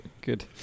Good